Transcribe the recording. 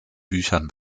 büchern